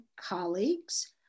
colleagues